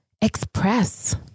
express